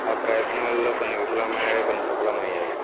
ఆ ప్రయత్నాలలో కొన్ని విఫలమయ్యాయి కొన్ని సఫలమయ్యాయి